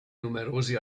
numerosi